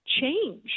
change